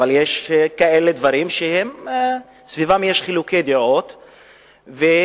אבל יש דברים שסביבם יש חילוקי דעות וביקורת.